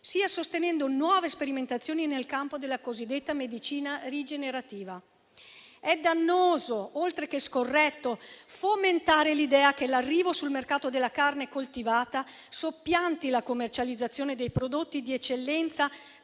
al contempo, nuove sperimentazioni nel campo della cosiddetta medicina rigenerativa. È dannoso, oltre che scorretto, fomentare l'idea che l'arrivo sul mercato della carne coltivata soppianti la commercializzazione dei prodotti di eccellenza